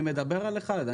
אני מדבר על אחד.